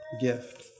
Gift